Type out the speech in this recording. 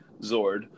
Zord